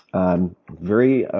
i'm very